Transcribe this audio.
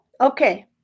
okay